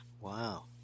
Wow